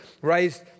Raised